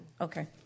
Okay